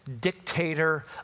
dictator